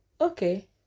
Okay